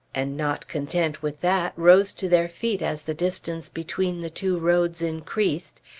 and, not content with that, rose to their feet as the distance between the two roads increased,